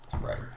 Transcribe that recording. Right